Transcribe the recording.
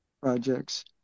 projects